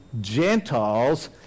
Gentiles